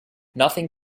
nothing